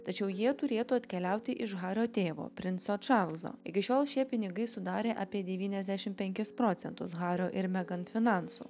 tačiau jie turėtų atkeliauti iš hario tėvo princo čarlzo iki šiol šie pinigai sudarė apie devyniasdešim penkis procentus hario ir megan finansų